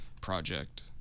project